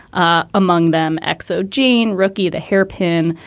ah among them, x o. jean rookie, the hairpin,